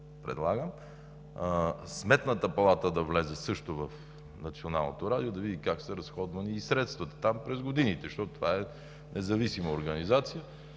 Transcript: в залата, Сметната палата да влезе също в Националното радио, за да види как са разходвани и средствата там през годините, защото това е независима организация